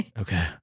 Okay